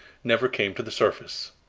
never came to the surface.